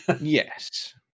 yes